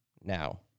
now